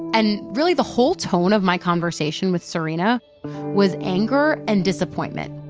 and, really, the whole tone of my conversation with serena was anger and disappointment.